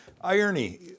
Irony